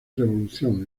revolución